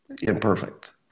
imperfect